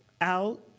out